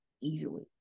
easily